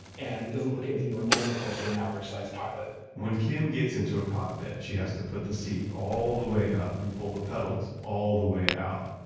and doesn't look anything remotely close to an average-sized pilot when kim gets into a cockpit, she has to put the seat all the way up and pull the pedals all the way out,